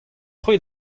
cʼhwi